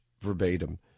verbatim